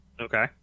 Okay